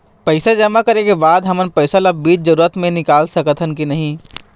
पैसा जमा करे के बाद हमन पैसा ला बीच जरूरत मे निकाल सकत हन की नहीं?